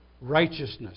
righteousness